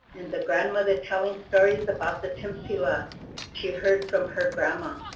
and the grandmother telling stories about the timpsila she heard from her grandma.